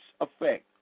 effect